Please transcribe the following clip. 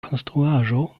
konstruaĵo